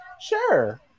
sure